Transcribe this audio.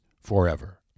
forever